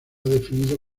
definido